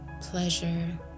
pleasure